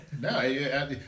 No